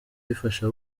bifasha